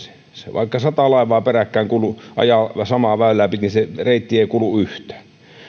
vaikka sata laivaa peräkkäin ajaa samaa väylää pitkin se reitti ei kulu yhtään